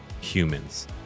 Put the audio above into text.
humans